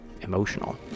emotional